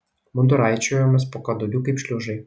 mudu raičiojomės po kadugiu kaip šliužai